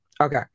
okay